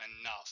enough